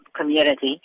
community